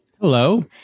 Hello